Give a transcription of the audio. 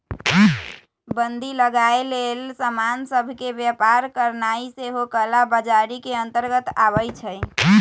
बन्दी लगाएल गेल समान सभ के व्यापार करनाइ सेहो कला बजारी के अंतर्गत आबइ छै